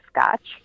scotch